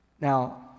Now